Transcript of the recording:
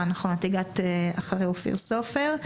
את הגעת אחרי אופיר סופר,